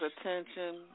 attention